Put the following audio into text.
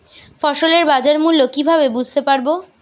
ফসলের বাজার মূল্য কিভাবে বুঝতে পারব?